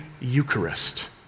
Eucharist